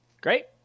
great